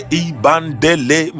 ibandele